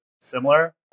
Similar